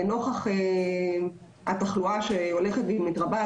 נוכח התחלואה שהולכת ומתרבה,